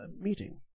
meeting